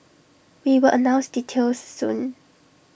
we will announce details soon